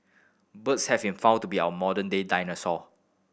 birds have been found to be our modern day dinosaur